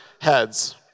heads